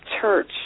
church